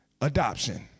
Adoption